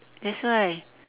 that's why